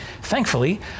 Thankfully